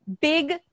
big